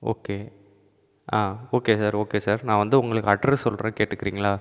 okay okay sir okay sir நான் வந்து உங்களுக்கு அட்ரஸ் சொல்கிறேன் கேட்கிறீங்களா